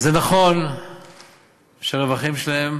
אז זה נכון שהרווחים שלהם